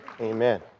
Amen